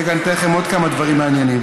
רגע, אני אתן לכם עוד כמה דברים מעניינים.